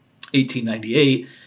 1898